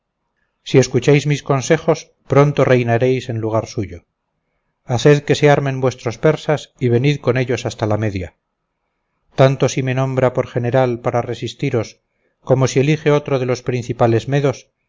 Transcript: si escucháis mis consejos pronto reinaréis en lugar suyo haced que se armen vuestros persas y venid con ellos contra la media tanto si me nombra por general para resistiros como si elige otro de los principales medos